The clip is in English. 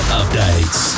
updates